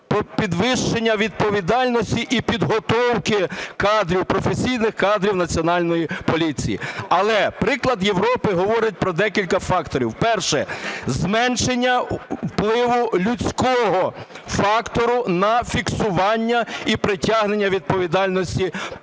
підвищення відповідальності і підготовки кадрів, професійних кадрів Національної поліції, але приклад Європи говорить про декілька факторів. Перше. Зменшення впливу людського фактору на фіксування і притягнення до відповідальності порушників